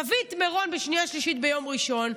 תביא את מירון לשנייה ושלישית ביום ראשון,